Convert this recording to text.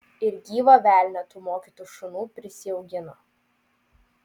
ir gyvą velnią tų mokytų šunų prisiaugino